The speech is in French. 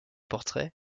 portraits